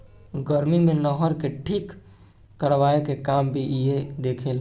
गर्मी मे नहर के ठीक करवाए के काम भी इहे देखे ला